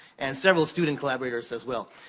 and several student collaborators as well.